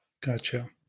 Gotcha